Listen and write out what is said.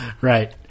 Right